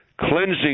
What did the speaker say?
Cleansing